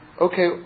okay